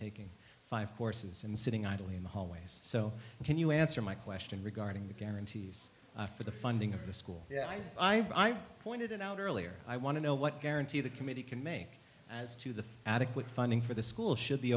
taking five courses and sitting idly in the hallways so can you answer my question regarding the guarantees for the funding of the school yeah i pointed it out earlier i want to know what guarantee the committee can make as to the adequate funding for the school should be